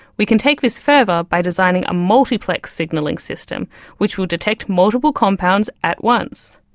we can take this further by designing a multiplex signalling system which will detect multiple compounds at once.